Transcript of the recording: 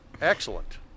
excellent